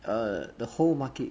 err the whole market